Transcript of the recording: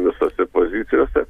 visose pozicijose